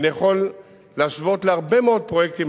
ואני יכול להשוות להרבה מאוד פרויקטים